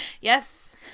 Yes